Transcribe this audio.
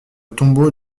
tombeau